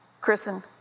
Kristen